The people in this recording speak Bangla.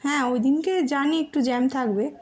হ্যাঁ ওইদিনকে জানি একটু জ্যাম থাকবে